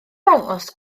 dangos